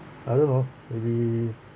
I don't know maybe